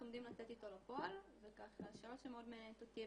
עומדים לצאת איתו לפועל ושאלה שמאוד מעניינת אותי,